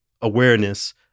awareness